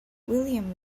william